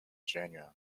genuine